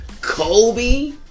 Kobe